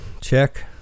Check